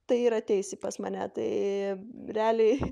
tai ir ateis ji pas mane tai realiai